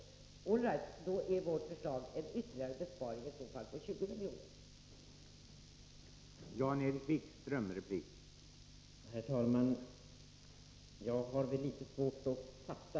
All right, då innebär vårt förslag en ytterligare besparing på 20 milj.kr.